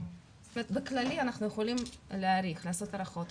בכללי אנחנו יכולים לעשות הערכות.